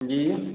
जी